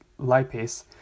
lipase